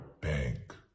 bank